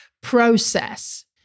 process